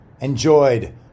enjoyed